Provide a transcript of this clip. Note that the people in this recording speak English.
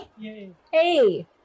Hey